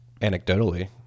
anecdotally